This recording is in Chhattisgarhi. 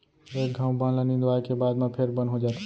एक घौं बन ल निंदवाए के बाद म फेर बन हो जाथे